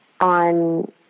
on